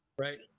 right